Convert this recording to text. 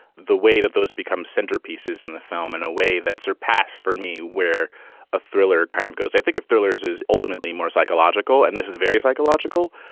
the way that those become centerpieces in the film in a way that surpassed for me where a thriller kind of goes. i think if thrillers is ultimately more psychological and this is very psychological,